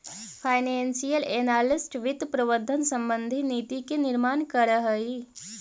financial analyst वित्त प्रबंधन संबंधी नीति के निर्माण करऽ हइ